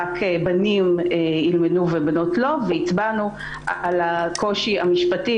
בנים ילמדו ובנות לא והצבענו על הקושי המשפטי